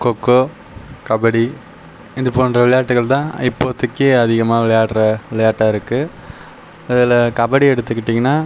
கோக்கோ கபடி இது போன்ற விளையாட்டுகள் தான் இப்போதைக்கு அதிகமாக விளையாடற விளையாட்டாக இருக்கு இதில் கபடி எடுத்துக்கிட்டீங்கன்னா